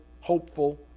hopeful